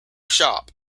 shop